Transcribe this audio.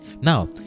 Now